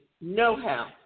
know-how